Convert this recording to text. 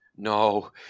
No